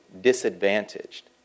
disadvantaged